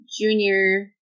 junior